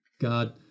god